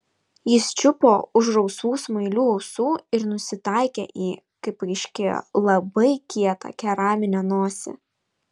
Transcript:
jis čiupo už rausvų smailių ausų ir nusitaikė į kaip paaiškėjo labai kietą keraminę nosį